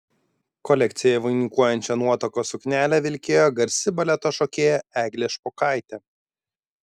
kolekciją vainikuojančią nuotakos suknelę vilkėjo garsi baleto šokėja eglė špokaitė